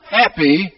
happy